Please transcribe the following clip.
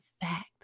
fact